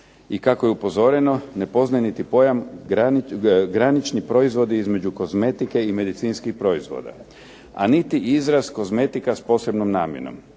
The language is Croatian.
i kako je upozoreno ne poznaje niti pojam granični proizvodi između kozmetike i medicinskih proizvoda, a niti izraz kozmetika s posebnom namjenom.